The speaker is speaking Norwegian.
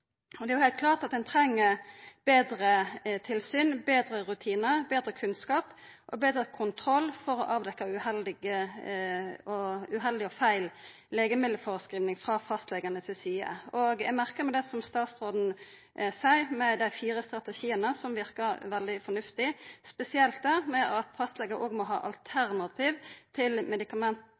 Det er heilt klart at ein treng betre tilsyn, betre rutinar, betre kunnskap og betre kontroll for å avdekkja uheldig og feil legemiddelføreskriving frå fastlegane si side. Eg merkar meg det som statsråden seier om dei fire strategiane, som verkar veldig fornuftig – spesielt det med at fastlegane må ha alternativ til